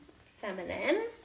Feminine